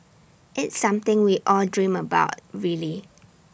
it's something we all dream about really